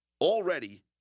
already